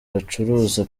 bacuruza